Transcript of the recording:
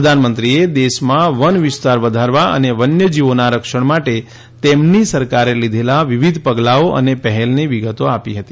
પ્રધાનમંત્રીએ દેશમાં વનવિસ્તાર વધારવા અને વન્ય જીવોના રક્ષણ માટે તેમની સરકારે લીધેલા વિવિધ પગલાંઓ અને પહેલની વિગતો આપી હતી